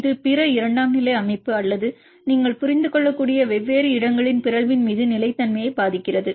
இது பிற இரண்டாம் நிலை அமைப்பு அல்லது நீங்கள் புரிந்து கொள்ளக்கூடிய வெவ்வேறு இடங்களின் பிறழ்வின் மீது நிலைத்தன்மையை பாதிக்கிறது